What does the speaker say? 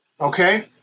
okay